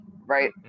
right